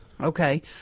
Okay